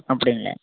அப்படிங்களா